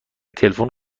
تلفن